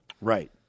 right